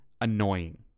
annoying